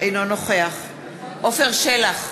אינו נוכח עפר שלח,